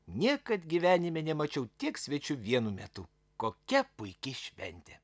niekad gyvenime nemačiau tiek svečių vienu metu kokia puiki šventė